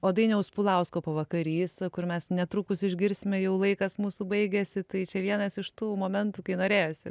o dainiaus pulausko pavakarys kur mes netrukus išgirsime jau laikas mūsų baigėsi tai čia vienas iš tų momentų kai norėjosi